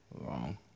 Wrong